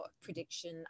prediction